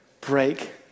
break